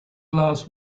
glass